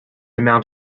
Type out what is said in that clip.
amount